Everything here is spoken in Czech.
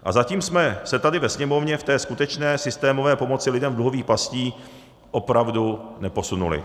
A zatím jsme se tady ve Sněmovně v té skutečné systémové pomoci lidem v dluhových pastech opravdu neposunuli.